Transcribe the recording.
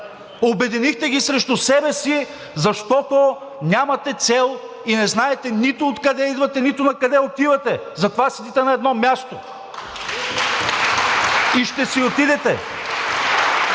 Обединихте ги срещу себе си, защото нямате цел и не знаете нито откъде идвате, нито накъде отивате. Затова седите на едно място! (Ръкопляскания